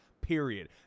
period